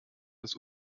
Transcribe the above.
des